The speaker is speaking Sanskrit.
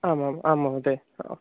आमाम् आम् महोदय आ